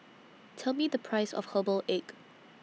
Tell Me The Price of Herbal Egg